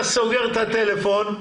סוגר את הטלפון,